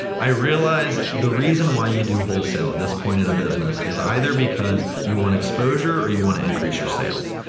i realized the reason why you do wholesale at this point in a business is either because you want exposure or you wanna increase your sales.